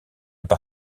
par